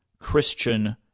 Christian